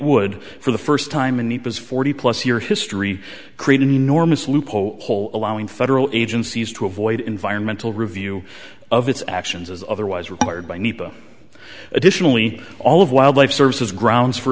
would for the first time in naples forty plus year history create an enormous loophole hole allowing federal agencies to avoid environmental review of its actions as otherwise required by nepa additionally all of wildlife services grounds for